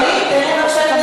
לענות.